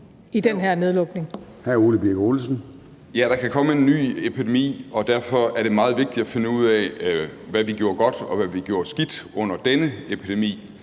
der kan komme en ny epidemi, og derfor er det meget vigtigt at finde ud af, hvad vi gjorde godt, og hvad vi gjorde skidt under denne epidemi.